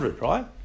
right